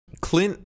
Clint